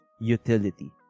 utility